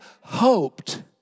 hoped